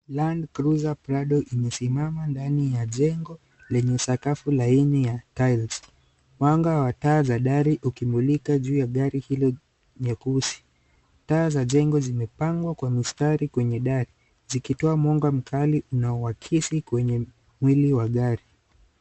Landcruiser Prado imesimama ndani ya jengo lenye sakafu laini ya tiles , mwanga wa taa za dari ukimulika juu ya gari hilo nyeusi, taa za jengo zimepangwa kwa mstari kwenye dari zikitoa mwanga mkali unaoakisi kwenye mwili wa gari.